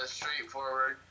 straightforward